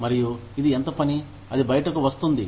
మరియు ఇది ఎంత పని అది బయటకు వస్తుంది